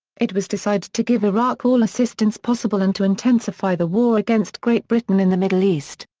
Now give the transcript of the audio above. it was decided to give iraq all assistance possible and to intensify the war against great britain in the middle east.